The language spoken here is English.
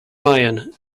ryan